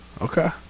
Okay